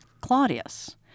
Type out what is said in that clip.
Claudius